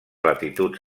latituds